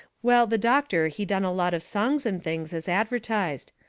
well, the doctor he done a lot of songs and things as advertised.